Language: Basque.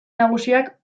nagusiak